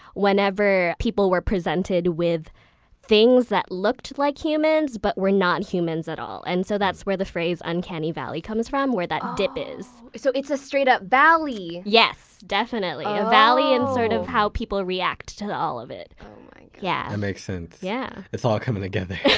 whenever people were presented with things that looked like humans but were not humans at all. and so that's where the phrase uncanny valley comes from where that dip is. so it's a straight-up valley! yes, definitely a valley. and sort of how people react to all of it that yeah and makes sense. yeah it's all coming together.